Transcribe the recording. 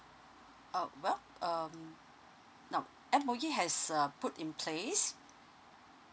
oh well um now M_O_E has a put in place